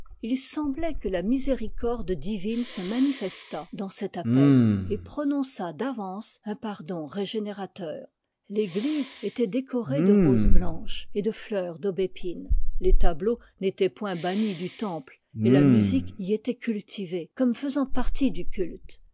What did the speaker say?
il semblait que la miséricorde di vine se manifestât dans cet appel et prononçât d'avance un pardon régénérateur l'église était décorée de roses blanches et de heurs d'aubépine les tableaux n'étaient point bannis du temple et la musique y était cultivée comme faisant partie du culte